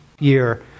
year